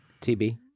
TB